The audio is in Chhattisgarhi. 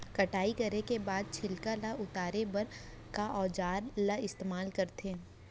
कटाई करे के बाद छिलका ल उतारे बर का औजार ल इस्तेमाल करथे?